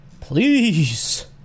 Please